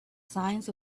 signs